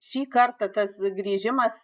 šį kartą tas grįžimas